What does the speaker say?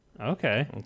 Okay